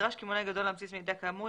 נדרש קמעונאי גדול להמציא מידע כאמור,